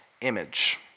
image